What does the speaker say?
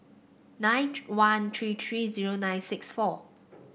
nine one three three zero nine six four